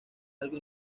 algo